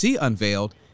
unveiled